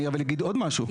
אני אגיד עוד משהו.